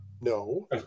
No